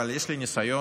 אבל יש לי ניסיון